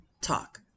talk